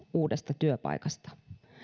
uudesta työpaikasta